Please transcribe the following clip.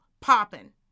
Popping